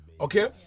Okay